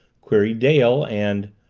queried dale, and,